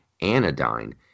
Anodyne